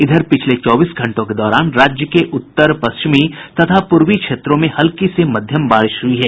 इधर पिछले चौबीस घंटों के दौरान राज्य के उत्तर पश्चिमी तथा पूर्वी क्षेत्रों में हल्की से मध्यम बारिश हुई है